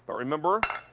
but remember.